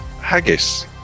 haggis